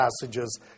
passages